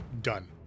done